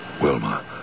Wilma